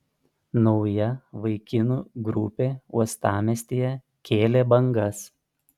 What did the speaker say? nauja vaikinų grupė uostamiestyje kėlė bangas